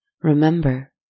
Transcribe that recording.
Remember